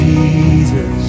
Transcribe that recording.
Jesus